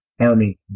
Army